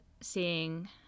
seeing